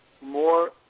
more